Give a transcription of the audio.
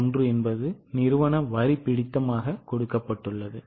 41 என்பது நிறுவன வரி பிடித்தம் ஆக கொடுக்கப்பட்டுள்ளது